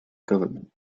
government